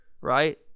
right